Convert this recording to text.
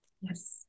yes